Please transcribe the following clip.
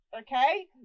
Okay